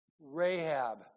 Rahab